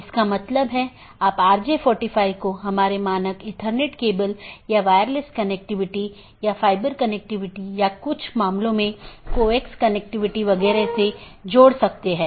इसलिए हमारा मूल उद्देश्य यह है कि अगर किसी ऑटॉनमस सिस्टम का एक पैकेट किसी अन्य स्थान पर एक ऑटॉनमस सिस्टम से संवाद करना चाहता है तो यह कैसे रूट किया जाएगा